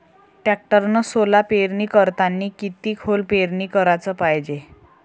टॅक्टरनं सोला पेरनी करतांनी किती खोल पेरनी कराच पायजे?